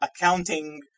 accounting